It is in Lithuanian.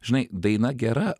žinai daina gera